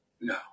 No